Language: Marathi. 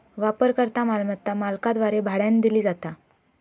वापरकर्ता मालमत्ता मालकाद्वारे भाड्यानं दिली जाता